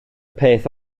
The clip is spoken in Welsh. peth